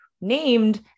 named